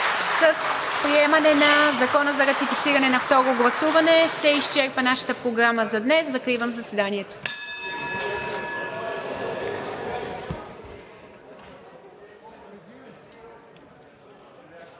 С приемане на Закона за ратифициране на второ гласуване се изчерпа нашата програма за днес. Закривам заседанието.